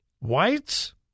Whites